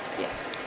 Yes